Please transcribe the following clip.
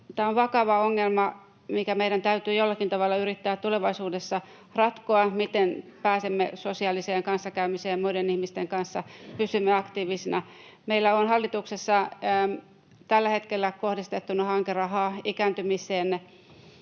Tämä on vakava ongelma, mikä meidän täytyy jollakin tavalla yrittää tulevaisuudessa ratkoa: miten pääsemme sosiaaliseen kanssakäymiseen muiden ihmisten kanssa, pysymme aktiivisina? Meillä on hallituksessa tällä hetkellä kohdistettuna hankerahaa nimenomaan